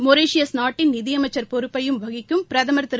Mauritius நாட்டின் நிதியமைச்சர் பொறப்பையும் வகிக்கும் பிரதமர் திரு